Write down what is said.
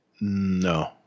No